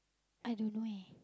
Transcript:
I don't know eh